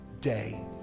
day